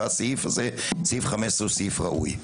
וסעיף 15 הוא סעיף ראוי.